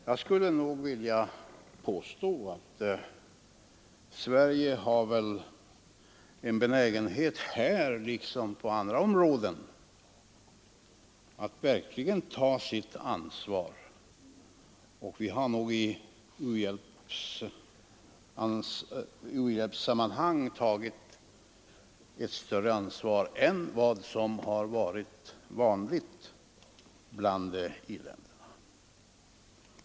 Jag skulle nog vilja påstå att Sverige har en benägenhet här liksom på andra områden att verkligen ta sitt ansvar. Vi har nog i u-hjälpssammanhang tagit ett större ansvar än vad som har varit vanligt bland i-länderna.